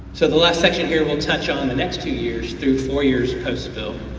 so the last section here, we'll touch on and the next two years, three to four years post spill.